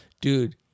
dude